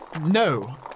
no